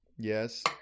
Yes